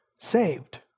saved